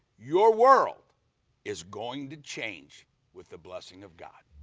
your world is going to change with the blessing of god.